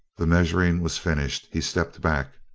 the measuring was finished he stepped back.